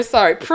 Sorry